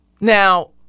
Now